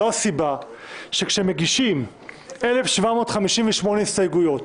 זאת הסיבה שכשמגישים 1,758 הסתייגויות